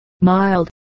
mild